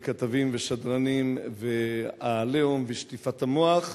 כתבים ושדרנים ועל ה"עליהום" ושטיפת המוח,